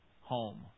home